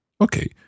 Okay